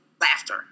laughter